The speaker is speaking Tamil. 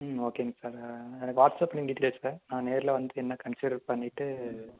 ம் ஓகேங்க சார் எனக்கு வாட்ஸப் லிங்க் இல்லை சார் நான் நேரில் வந்து என்ன கன்சிடர் பண்ணிவிட்டு